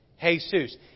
Jesus